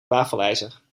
wafelijzer